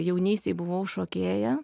jaunystėj buvau šokėja